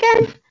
again